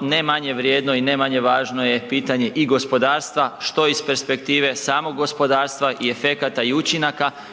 ne manje vrijedno i ne manje važno je pitanje i gospodarstva što iz perspektive samog gospodarstva i efekata i učinaka,